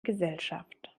gesellschaft